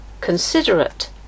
considerate